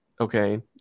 Okay